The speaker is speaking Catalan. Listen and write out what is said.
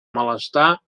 malestar